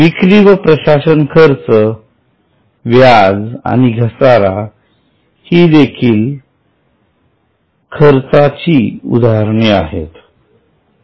विक्री व प्रशासन खर्च व्याज आणि घसारा ही देखील खर्चाची उदाहरणे आहेत